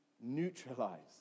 neutralized